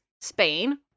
spain